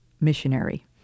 missionary